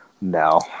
No